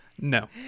No